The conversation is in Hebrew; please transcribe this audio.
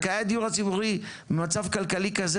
זכאי הדיור הציבורי במצב כלכלי כזה